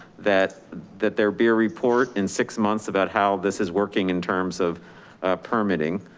that that there be a report in six months, about how this is working in terms of permitting.